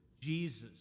Jesus